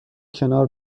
کنار